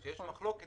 כשיש מחלוקת,